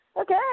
Okay